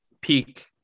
peak